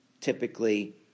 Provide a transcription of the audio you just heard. typically